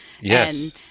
yes